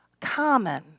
common